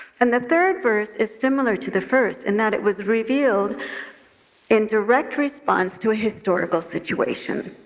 and the third verse is similar to the first, in that it was revealed in direct response to a historical situation.